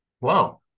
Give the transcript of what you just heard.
Wow